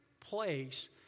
Place